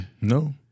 No